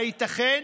הייתכן?